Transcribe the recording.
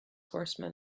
horsemen